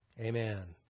Amen